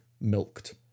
milked